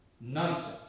nonsense